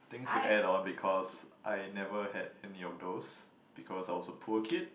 things to add on because I never had any of those because I was a poor kid